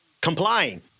complying